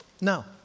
No